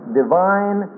divine